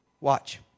Watch